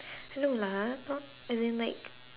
no lah not as in like